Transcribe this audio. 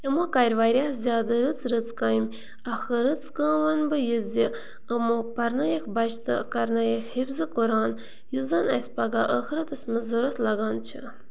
یِمو کَرِ واریاہ زیادٕ رٕژ رٕژ کامہِ اَکھ رٕژ کٲم وَنہٕ بہٕ یہِ زِ یِمو پَرنٲیِکھ بَچہٕ تہٕ کَرنٲیِکھ حِفظہٕ قُرآن یُس زَن اَسہِ پَگاہ ٲخرَتَس منٛز ضوٚرَتھ لَگان چھِ